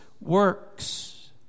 works